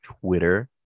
Twitter